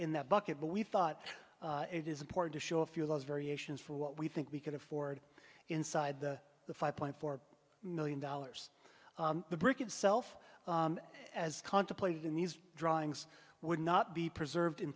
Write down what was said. in the bucket but we thought it is important to show a few of those variations for what we think we can afford inside the five point four million dollars the brick itself as contemplated in these drawings would not be preserved in